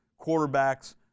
quarterbacks